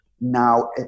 now